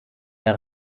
der